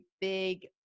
big